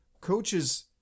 coaches